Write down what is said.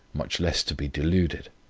much less to be deluded!